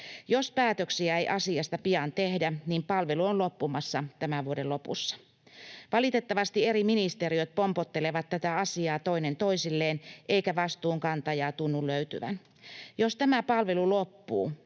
Jos päätöksiä ei asiasta pian tehdä, niin palvelu on loppumassa tämän vuoden lopussa. Valitettavasti eri ministeriöt pompottelevat tätä asiaa toinen toisilleen, eikä vastuunkantajaa tunnu löytyvän. Jos tämä palvelu loppuu,